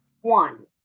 One